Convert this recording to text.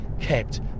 kept